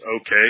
okay